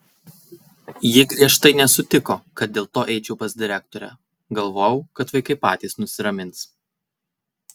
ji griežtai nesutiko kad dėl to eičiau pas direktorę galvojau kad vaikai patys nusiramins